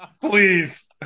Please